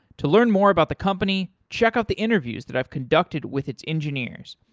to learn more about the company, check out the interviews that i've conducted with its engineers.